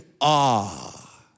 awe